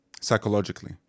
Psychologically